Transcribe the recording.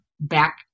back